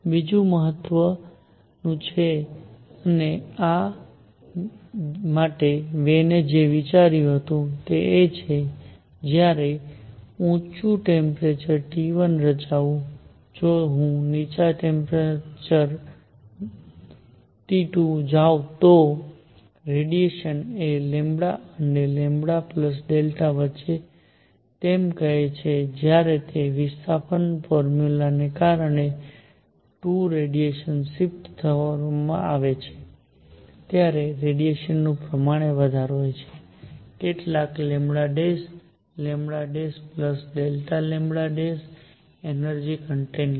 બીજું વધુ મહત્ત્વનું છે અને આ માટે વેને જે વિચાર્યું તે એ છે કે જ્યારે ઊંચું ટેમ્પરેચર T1 રચાવું જો હું નીચા તાપમાને જાઉં તો T2 રેડિયેશન એ λ અને Δλ વચ્ચે છે તેમ કહે છે કે જ્યારે તે વિસ્થાપન ફોર્મ્યુલાને કારણે 2 રેડિયેશન શિફ્ટ કરવામાં આવે છે ત્યારે રેડિયેશન નું પ્રમાણ વધારે હોય છે કેટલાક λ Δλ એનર્જી કોન્ટેન્ટ લો